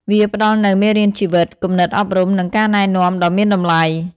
វាផ្តល់នូវមេរៀនជីវិត គំនិតអប់រំ និងការណែនាំដ៏មានតម្លៃ។